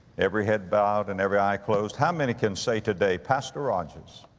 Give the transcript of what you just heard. every head bowed and every eye closed. how many can say today, pastor rogers,